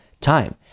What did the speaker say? time